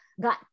got